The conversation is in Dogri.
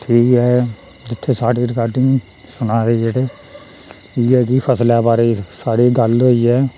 ठीक ऐ जित्थै साढ़ी रिकार्डिंग सुना दे जेह्ड़े इ'यै कि फसलै बारै साढ़ी गल्ल होई ऐ